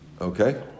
Okay